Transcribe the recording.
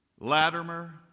Latimer